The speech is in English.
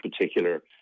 particular